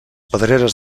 pedreres